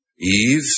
Eve